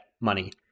money